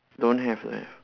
don't have leh